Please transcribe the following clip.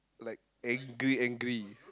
like angry angry